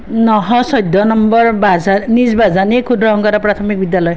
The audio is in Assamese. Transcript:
নশ চৈধ্য নম্বৰ বাজা নিজ বাজানী ক্ষুদ্ৰ শংকৰা প্ৰাথমিক বিদ্যালয়